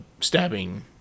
stabbing